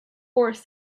boris